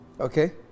Okay